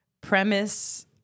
premise